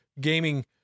gaming